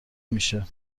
میشه